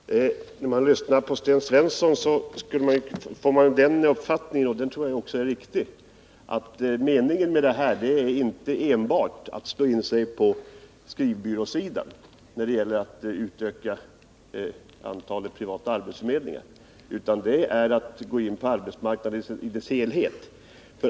Herr talman! När man lyssnar till Sten Svensson får man den uppfattningen, och den tror jag är riktig, att meningen med motionen är inte enbart att slå sig in på skrivbyråverksamheten när det gäller att utöka antalet privata arbetsförmedlingar, utan det är att gå in på arbetsmarknaden i dess helhet.